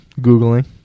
googling